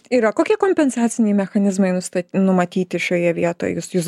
yra kokie kompensaciniai mechanizmai nustaty numatyti šioje vietoje jūs jūs